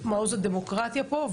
זה מעוז הדמוקרטיה פה.